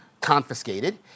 confiscated